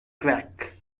crack